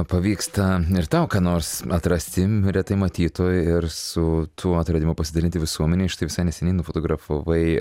pavyksta ir tau ką nors atrasti mm retai matytų ir su tuo atradimu pasidalinti visuomenei štai visai neseniai nufotografavai